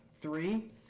Three